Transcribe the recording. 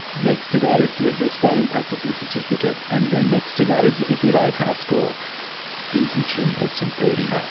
next to that is your your australian practicing certificate, and then next to that is is your atar score vincent shin, less than thirty.